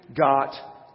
got